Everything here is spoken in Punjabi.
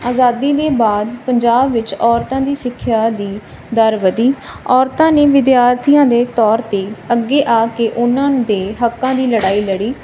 ਆਜ਼ਾਦੀ ਦੇ ਬਾਅਦ ਪੰਜਾਬ ਵਿੱਚ ਔਰਤਾਂ ਦੀ ਸਿੱਖਿਆ ਦੀ ਦਰ ਵਧੀ ਔਰਤਾਂ ਨੇ ਵਿਦਿਆਰਥੀਆਂ ਦੇ ਤੌਰ ਤੇ ਅੱਗੇ ਆ ਕੇ ਉਹਨਾਂ ਨੂੰ ਦੇ ਹੱਕਾਂ ਦੀ ਲੜਾਈ ਲੜੀ ਅਤੇ